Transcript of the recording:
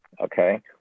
Okay